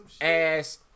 ass